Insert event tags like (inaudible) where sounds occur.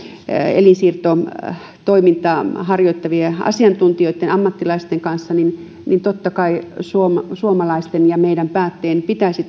elinsiirtotoimintaa harjoittavien asiantuntijoitten ammattilaisten kanssa totta kai suomalaisten suomalaisten ja meidän päättäjien pitäisi (unintelligible)